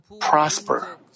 prosper